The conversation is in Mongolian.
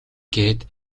гээд